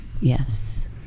Yes